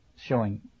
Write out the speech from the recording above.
showing